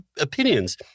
opinions